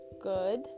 Good